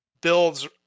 builds